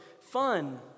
fun